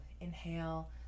inhale